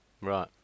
Right